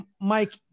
Mike